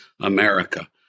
America